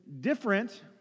different